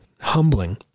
humbling